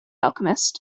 alchemist